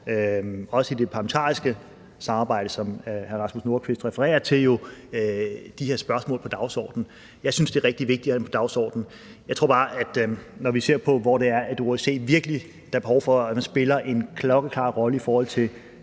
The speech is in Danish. også i det parlamentariske samarbejde, som hr. Rasmus Nordqvist refererer til, jo de her spørgsmål på dagsordenen. Jeg synes, det er rigtig vigtigt at have den dagsorden. Jeg tror bare, at når vi ser på, hvor der virkelig er behov for, at OSCE spiller en klokkeklar rolle, i forhold til